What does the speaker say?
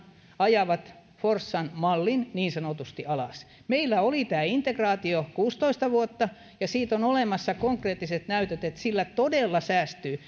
ajavat forssan mallin niin sanotusti alas meillä oli tämä integraatio kuusitoista vuotta ja siitä on olemassa konkreettiset näytöt että sillä todella säästyy